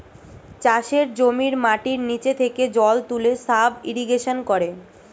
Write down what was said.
চাষের জমির মাটির নিচে থেকে জল তুলে সাব ইরিগেশন করে